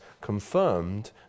confirmed